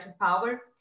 power